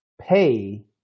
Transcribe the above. pay